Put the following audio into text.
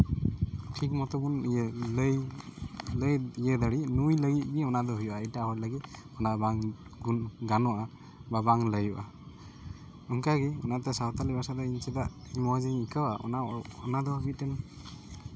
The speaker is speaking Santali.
ᱴᱷᱤᱠ ᱢᱚᱛᱳ ᱵᱚᱱ ᱤᱭᱟᱹ ᱞᱟᱹᱭ ᱞᱟᱹᱭ ᱤᱭᱟᱹ ᱫᱟᱲᱮᱜ ᱱᱩᱭ ᱞᱟᱹᱜᱤᱫ ᱜᱮ ᱱᱚᱣᱟ ᱫᱚ ᱦᱩᱭᱩᱜᱼᱟ ᱮᱴᱟᱜ ᱦᱚᱲ ᱞᱟᱹᱜᱤᱫ ᱚᱱᱟ ᱵᱟᱝ ᱜᱟᱱᱚᱜᱼᱟ ᱵᱟ ᱵᱟᱝ ᱞᱟᱹᱭᱟᱹᱜᱼᱟ ᱚᱱᱠᱟᱜᱮ ᱚᱱᱟᱛᱮ ᱥᱟᱶᱛᱟᱞᱤ ᱵᱷᱟᱥᱟ ᱫᱩᱧ ᱤᱧ ᱪᱮᱫᱟᱜ ᱢᱚᱡᱽ ᱤᱧ ᱟᱹᱭᱠᱟᱹᱣᱟ ᱚᱱᱟ ᱫᱚ ᱢᱤᱫᱴᱮᱱ